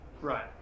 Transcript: Right